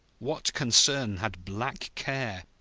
what concern had black care,